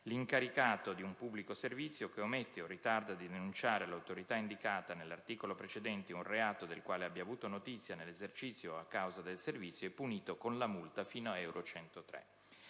«L'incaricato di un pubblico servizio che omette o ritarda di denunciare all'autorità indicata nell'articolo precedente un reato del quale abbia avuto notizia nell'esercizio o a causa del servizio, è punito con la multa fino a euro 103»;